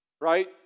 Right